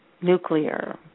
nuclear